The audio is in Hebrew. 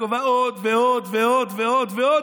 וגובה עוד ועוד ועוד ועוד ועוד,